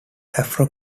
afro